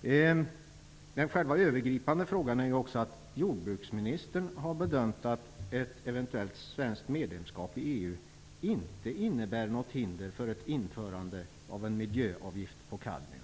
Den övergripande frågan är ju att jordbruksministern har bedömt att ett eventuellt svenskt medlemskap i EU inte innebär något hinder för ett införande av en miljöavgift på kadmium.